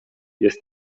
jest